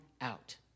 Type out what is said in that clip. out